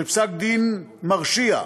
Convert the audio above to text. של פסק-דין מרשיע,